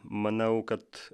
manau kad